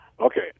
Okay